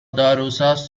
داروساز